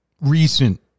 recent